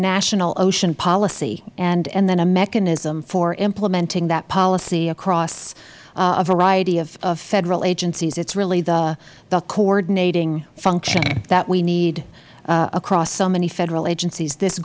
national ocean policy and then a mechanism for implementing that policy across a variety of federal agencies it is really the coordinating function that we need across so many federal agencies this